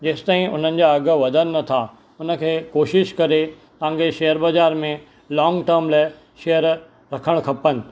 जेसि ताईं उन्हनि जा अघु वधनि नथा उन खे कोशिशि करे तव्हांखे शेयर बाज़ारि में लॉंग टर्म लाइ शेयर रखणु खपनि